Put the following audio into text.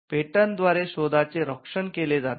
patent द्वारे शोधाचे रक्षण केले जाते